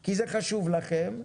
כי זה חשוב לכם,